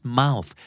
mouth